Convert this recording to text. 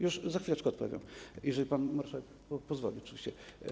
Już za chwileczkę odpowiem, jeżeli pan marszałek pozwoli oczywiście.